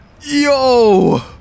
Yo